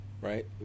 right